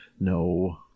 No